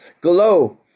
glow